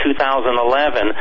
2011